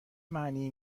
معنی